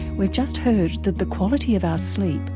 we've just heard that the quality of our sleep,